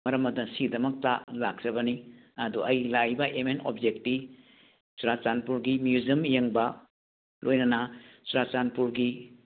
ꯃꯔꯝ ꯑꯗꯨꯅ ꯁꯤꯒꯤꯗꯃꯛꯇ ꯂꯥꯛꯆꯕꯅꯤ ꯑꯗꯣ ꯑꯩ ꯂꯥꯛꯏꯕ ꯑꯦꯝ ꯑꯦꯟ ꯑꯣꯕꯖꯦꯛꯇꯤ ꯆꯨꯔꯥꯆꯥꯟꯄꯨꯔꯒꯤ ꯃꯤꯌꯨꯖꯤꯌꯝ ꯌꯦꯡꯕ ꯂꯣꯏꯅꯅ ꯆꯨꯔꯥꯆꯥꯟꯄꯨꯔꯒꯤ